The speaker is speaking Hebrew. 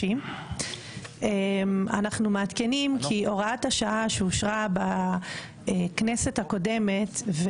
התשפ"ג 2023. אלו הצעות שהגיעו בכנסת הקודמת.